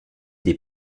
des